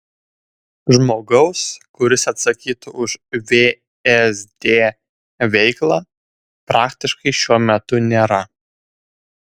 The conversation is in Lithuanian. žmogaus kuris atsakytų už vsd veiklą praktiškai šiuo metu nėra